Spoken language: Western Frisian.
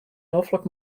noflik